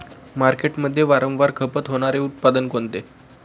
मार्केटमध्ये वारंवार खपत होणारे उत्पादन कोणते?